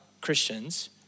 Christians